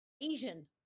Asian